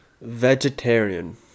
Vegetarian